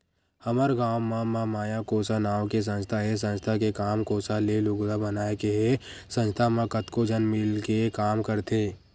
हमर गाँव म महामाया कोसा नांव के संस्था हे संस्था के काम कोसा ले लुगरा बनाए के हे संस्था म कतको झन मिलके के काम करथे